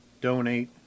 donate